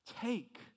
take